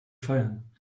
feiern